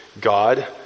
God